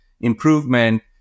improvement